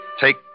Take